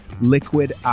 Liquid